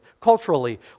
culturally